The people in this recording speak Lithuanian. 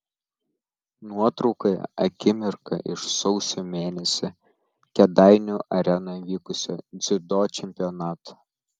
nuotraukoje akimirka iš sausio mėnesį kėdainių arenoje vykusio dziudo čempionato